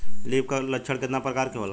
Leaf कल लक्षण केतना परकार के होला?